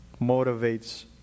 motivates